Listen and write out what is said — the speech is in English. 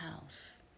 house